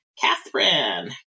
Catherine